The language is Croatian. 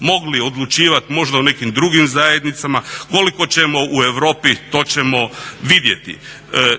mogli odlučivati možda o nekim drugim zajednicama. Koliko ćemo u Europi to ćemo vidjeti.